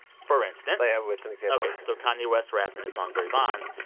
for instance. yeah what's an example? ok. so kanye west raps in his song barry bonds,